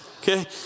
okay